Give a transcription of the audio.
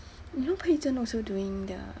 you know pei zhen also doing the